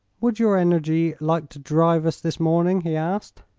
would your energy like to drive us this morning? he asked.